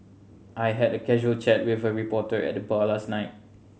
I had a casual chat with a reporter at the bar last night